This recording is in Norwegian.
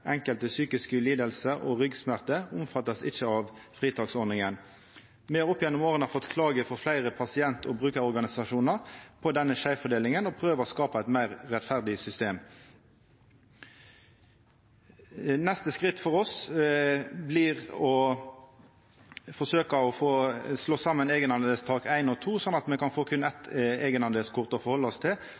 ryggsmerter, er ikkje omfatta av fritaksordninga. Me har opp gjennom åra fått klagar frå fleire pasient- og brukarorganisasjonar på denne skeivfordelinga og prøver å skapa eit meir rettferdig system. Neste skritt for oss blir å forsøkja å slå saman eigendelstaka 1 og 2, slik at me kan få berre eitt eigendelskort å halda oss til,